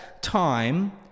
time